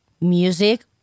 music